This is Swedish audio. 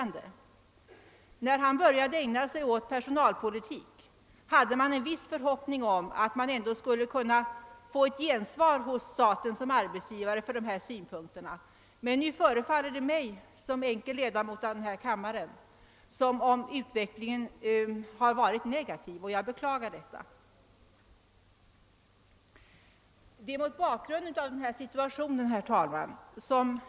När herr Lindholm började ägna sig åt personalpolitik hade man en viss förhoppning om att man ändå skulle kunna få ett gensvar hos staten som arbetsgivare för positiva synpunkter, men nu förefaller det mig såsom enkel ledamot av denna kammare som om utvecklingen har varit negativ. Jag beklagar detta. Herr talman!